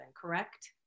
correct